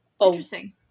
interesting